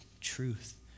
truth